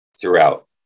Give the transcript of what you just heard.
throughout